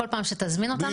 כל פעם שתזמין אותנו,